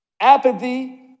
apathy